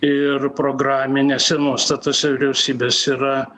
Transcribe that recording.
ir programinėse nuostatose vyriausybės yra